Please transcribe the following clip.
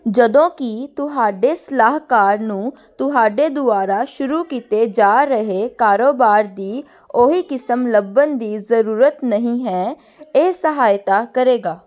ਜਦੋਂ ਕਿ ਤੁਹਾਡੇ ਸਲਾਹਕਾਰ ਨੂੰ ਤੁਹਾਡੇ ਦੁਆਰਾ ਸ਼ੁਰੂ ਕੀਤੇ ਜਾ ਰਹੇ ਕਾਰੋਬਾਰ ਦੀ ਉਹ ਹੀ ਕਿਸਮ ਲੱਭਣ ਦੀ ਜ਼ਰੂਰਤ ਨਹੀਂ ਹੈ ਇਹ ਸਹਾਇਤਾ ਕਰੇਗਾ